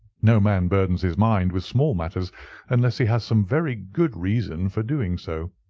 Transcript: no man burdens his mind with small matters unless he has some very good reason for doing so.